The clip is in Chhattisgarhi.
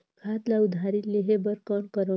खाद ल उधारी लेहे बर कौन करव?